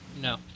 No